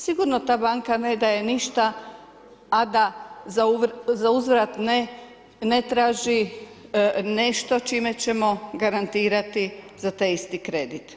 Sigurno ta banka ne daje ništa, a da za uzvrat ne traži nešto čime ćemo garantirati za taj isti kredit.